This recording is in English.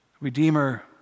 Redeemer